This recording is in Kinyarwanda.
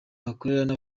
bakurura